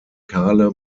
kahle